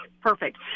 perfect